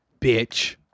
bitch